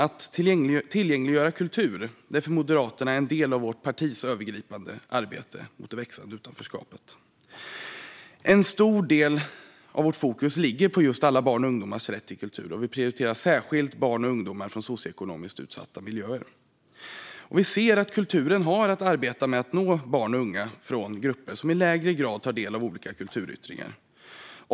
Att tillgängliggöra kultur är för oss moderater en del av vårt partis övergripande arbete mot det växande utanförskapet. En stor del av vårt fokus ligger på alla barns och ungdomars rätt till kultur, och vi prioriterar särskilt barn och ungdomar från socioekonomiskt utsatta miljöer. Vi ser att kulturen har att arbeta med att nå barn och unga från grupper som i lägre grad tar del av olika kulturyttringar.